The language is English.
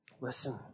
Listen